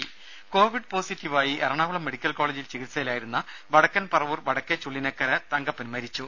ദേദ കോവിഡ് പോസിറ്റീവായി എറണാകുളം മെഡിക്കൽ കോളജിൽ ചികിത്സയിലായിരുന്ന വടക്കൻ പറവൂർ വടക്കേചുള്ളിനക്കര തങ്കപ്പൻ മരിച്ചു